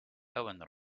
pełen